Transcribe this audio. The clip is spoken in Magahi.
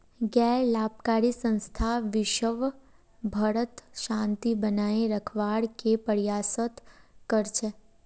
गैर लाभकारी संस्था विशव भरत शांति बनए रखवार के प्रयासरत कर छेक